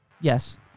Yes